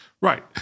Right